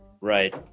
Right